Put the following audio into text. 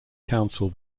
council